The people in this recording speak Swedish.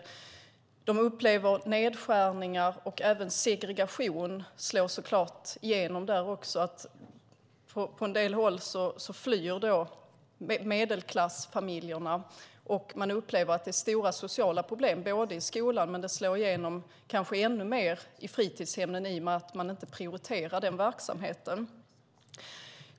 De upplever nedskärningar, och segregationen slår även igenom där. På en del håll flyr medelklassfamiljerna. Man upplever stora sociala problem i skolan, och det slår kanske igenom ännu mer i fritidshemmen i och med att man inte prioriterar den verksamheten.